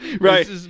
right